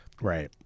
Right